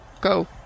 go